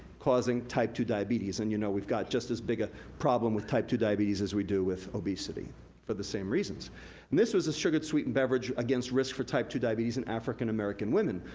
causing type two diabetes. and you know we've got just as big a problem with type two diabetes as we do with obesity for the same reasons. and this was a sugared sweetened beverage against risk for type two diabetes in african american women.